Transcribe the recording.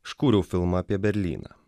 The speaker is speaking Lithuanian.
aš kūriau filmą apie berlyną